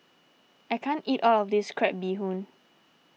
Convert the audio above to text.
I can't eat all of this Crab Bee Hoon